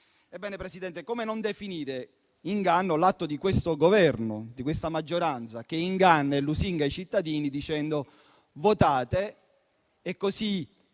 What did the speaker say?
Ebbene, Presidente, come non definire inganno l'atto di questo Governo, di questa maggioranza, che inganna e lusinga i cittadini dicendo loro di votare